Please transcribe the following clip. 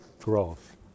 growth